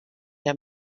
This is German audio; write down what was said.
der